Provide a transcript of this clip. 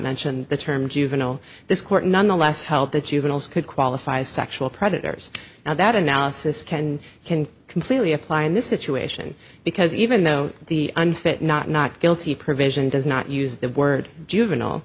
mention the term juvenile court nonetheless help that you could qualify as sexual predators now that analysis can can completely apply in this situation because even though the unfit not not guilty provision does not use the word juvenile